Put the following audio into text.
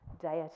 deity